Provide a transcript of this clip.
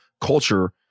culture